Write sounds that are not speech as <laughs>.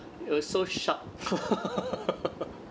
it was so sharp <laughs>